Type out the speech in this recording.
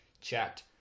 chat